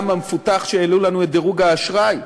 המפותח שהעלו לנו את דירוג האשראי.